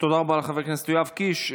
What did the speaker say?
רבה לחבר הכנסת יואב קיש.